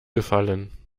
gefallen